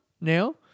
now